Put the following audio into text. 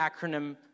acronym